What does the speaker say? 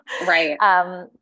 right